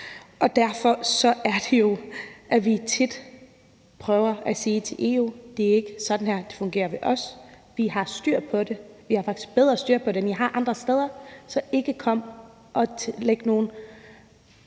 og derfor er det, at vi tit prøver at sige til EU: Det er ikke sådan her, det fungerer hos os; vi har styr på det; vi har faktisk bedre styr på det, end I har andre steder, så kom ikke og læg noget